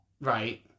Right